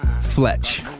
Fletch